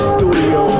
Studio